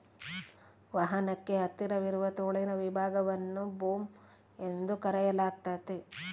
ವಾಹನಕ್ಕೆ ಹತ್ತಿರವಿರುವ ತೋಳಿನ ವಿಭಾಗವನ್ನು ಬೂಮ್ ಎಂದು ಕರೆಯಲಾಗ್ತತೆ